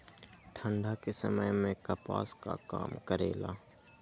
ठंडा के समय मे कपास का काम करेला?